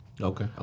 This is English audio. Okay